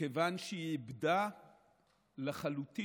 מכיוון שהיא איבדה לחלוטין